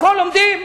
הכול לומדים.